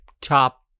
top